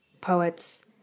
poets